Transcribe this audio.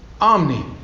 omni